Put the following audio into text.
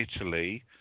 Italy